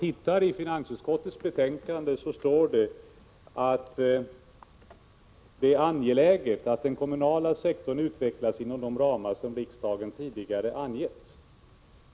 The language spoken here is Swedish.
I finansutskottets betänkande står nämligen: ”Det är angeläget att den kommunala sektorn utvecklas inom de ramar som riksdagen tidigare angett.